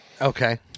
Okay